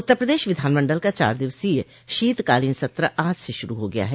उत्तर प्रदेश विधानमंडल का चार दिवसीय शीतकालीन सत्र आज से शुरू हो गया है